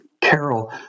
Carol